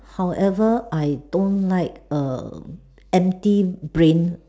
however I don't like err empty brain